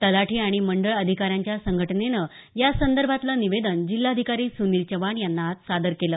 तलाठी आणि मंडळ अधिकाऱ्यांच्या संघटनेनं यासंदर्भातलं निवेदन जिल्हाधिकारी सुनील चव्हाण यांना आज सादर केलं